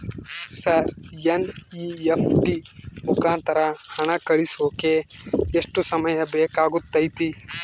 Sir NEFT ಮುಖಾಂತರ ಹಣ ಕಳಿಸೋಕೆ ಎಷ್ಟು ಸಮಯ ಬೇಕಾಗುತೈತಿ?